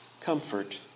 comfort